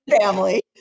family